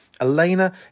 Elena